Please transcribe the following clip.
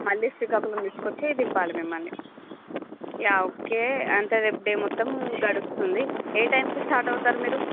మళ్లీ శ్రీకాకుళం తీసుకొచ్చి దింపాలి మిమ్మల్ని యా ఓకే అంటే రేపు డే మొత్తం గడుస్తుంది ఏ టైమ్కి స్టార్ట్ అవుతారు మీరు